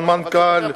על מנכ"ל,